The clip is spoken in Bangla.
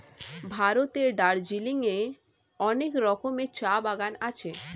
ভারতের দার্জিলিং এ অনেক রকমের চা বাগান আছে